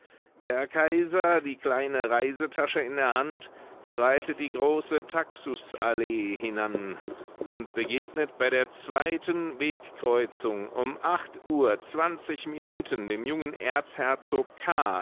der kaiser die kleine reisetasche in der hand schreitet die große taxusallee hinan und begegnet bei der zweiten wegkreuzung um uhr minuten dem jungen erzherzog